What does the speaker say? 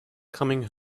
coming